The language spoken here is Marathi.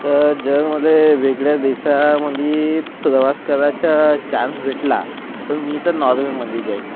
तर जर मला वेगळ्या देशामध्ये प्रवास करायचा चांस भेटला तर मी तर नॉर्वेमध्ये जाईन